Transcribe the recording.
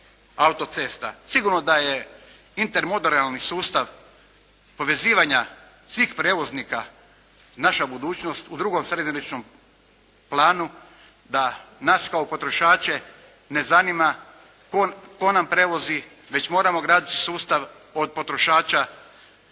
autocesta. Sigurno da je …/Govornik se ne razumije./… sustav povezivanja svih prijevoznika naša budućnost u drugom srednjoročnom planu, da nas kao potrošače ne zanima tko nam prevozi, već moramo graditi sustav od potrošača,